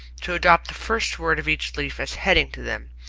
to adopt the first word of each leaf as headings to them.